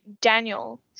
Daniel